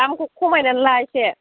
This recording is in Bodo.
दामखौ खमायनानै ला एसे